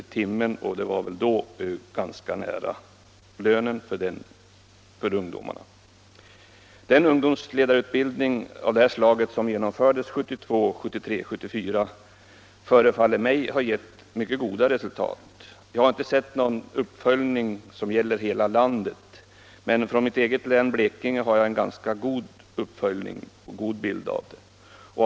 i timmen, och den ersättningen låg väl då ganska nära lönen för ungdomarna. Den ungdomsledarutbildning av detta slag som genomfördes 1972-1974 förefaller mig ha givit mycket goda resultat. Jag har visserligen inte sett någon uppföljning för hela landet, men från mitt eget län, Blekinge, har jag en ganska god bild av läget.